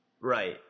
Right